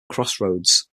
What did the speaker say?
crossroads